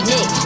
Nick